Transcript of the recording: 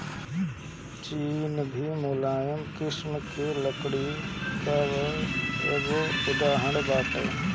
चीड़ भी मुलायम किसिम के लकड़ी कअ एगो उदाहरण बाटे